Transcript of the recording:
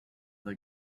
the